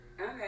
Okay